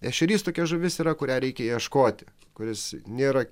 ešerys tokia žuvis yra kurią reikia ieškoti kuris nėra